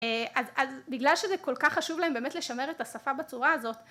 אז בגלל שזה כל כך חשוב להם באמת לשמר את השפה בצורה הזאת